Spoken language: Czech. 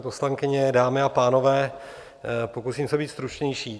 Paní poslankyně, dámy a pánové, pokusím se být stručnější.